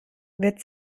wird